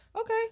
okay